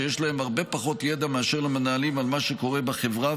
שיש להם הרבה פחות ידע מאשר למנהלים על מה שקורה בחברה,